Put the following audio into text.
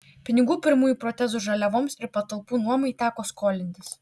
pinigų pirmųjų protezų žaliavoms ir patalpų nuomai teko skolintis